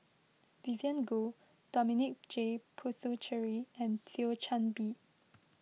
Vivien Goh Dominic J Puthucheary and Thio Chan Bee